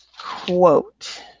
quote